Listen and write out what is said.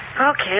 Okay